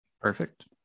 Perfect